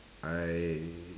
I